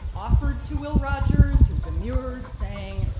offered to will rogers, who demurred, saying,